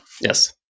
Yes